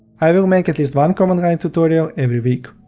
i will make at least one command line tutorial every week.